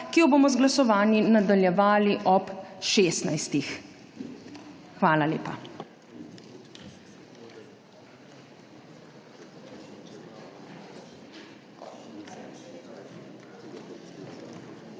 ki jo bomo z glasovanji nadaljevali ob 16. Hvala lepa. (Seja